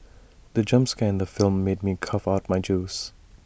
the jump scare in the film made me cough out my juice